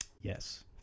Yes